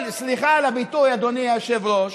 סליחה על הביטוי, אדוני היושב-ראש,